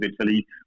Italy